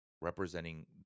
representing